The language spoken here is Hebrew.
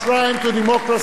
the parliament of Israel,